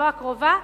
לא הקרובה,